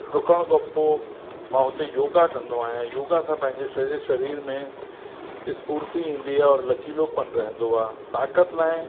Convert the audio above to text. डुकण खां पोइ मां हुते योगा कंदो आहियां योगा सां पंहिंजे सॼे शरीर में स्फ़ूर्ति ईंदी आहे औरि लचीलोपन रहंदो आहे ताक़त लाइ